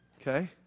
Okay